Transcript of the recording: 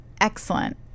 excellent